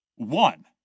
one